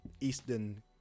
eastern